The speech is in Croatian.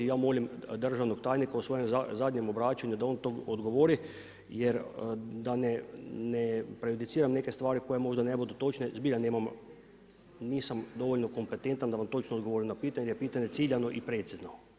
Ja molim državnog tajnika u svojem zadnjem obraćanju da on to odgovori, jer da ne prejudiciram neke stvari koje možda ne budu točne zbilja nisam dovoljno kompetentan da vam točno odgovorim na pitanje, jer je pitanje ciljano i precizno.